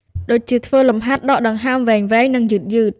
ដូចជា ធ្វើលំហាត់ដកដង្ហើមវែងៗ និងយឺតៗ។